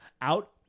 Out